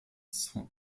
cent